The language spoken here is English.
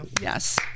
Yes